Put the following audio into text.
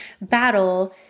battle